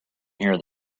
here